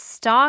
stock